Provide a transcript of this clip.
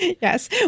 Yes